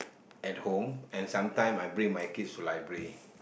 at home and sometime I bring my kid to library